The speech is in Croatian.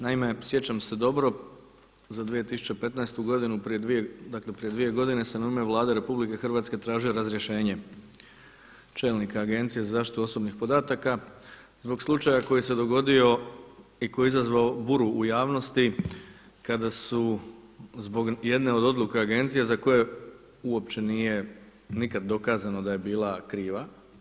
Naime, sjećam se dobro za 2015. godinu prije dakle prije dvije godine se u ime Vlade Republike Hrvatske tražio razrješenje čelnika Agencije za zaštitu osobnih podataka zbog slučaja koji se dogodio i koji je izazvao buru u javnosti kada su zbog jedne od odluka Agencije za koje uopće nije nikada dokazano da je bila kriva.